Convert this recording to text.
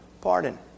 pardon